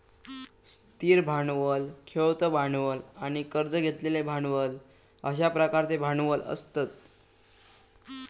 स्थिर भांडवल, खेळतो भांडवल आणि कर्ज घेतलेले भांडवल अश्या प्रकारचे भांडवल असतत